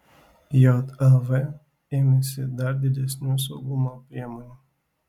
jav ėmėsi dar didesnių saugumo priemonių